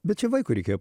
bet čia vaikui reikėjo